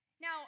Now